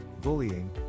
Bullying